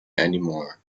anymore